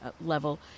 Level